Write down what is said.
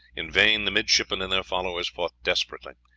in vain the midshipmen and their followers fought desperately.